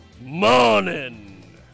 morning